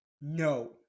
no